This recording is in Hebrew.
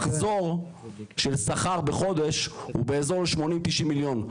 מחזור של שכר בחודש הוא באזור 80-90 מיליון.